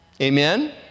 Amen